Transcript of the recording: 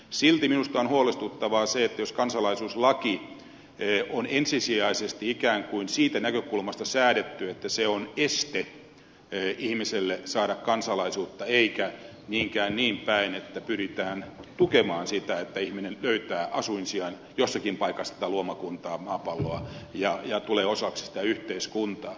silti minusta on huolestuttavaa se jos kansalaisuuslaki on ensisijaisesti ikään kuin siitä näkökulmasta säädetty että se on este ihmiselle saada kansalaisuutta eikä niinkään niinpäin että pyritään tukemaan sitä että ihminen löytää asuinsijan jossakin paikassa tätä luomakuntaa maapalloa ja tulee osaksi sitä yhteiskuntaa